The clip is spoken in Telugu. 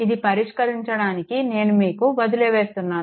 ఇది పరిష్కరించడానికి నేను మీకు వదిలివేస్తున్నాను